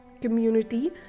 community